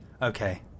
Okay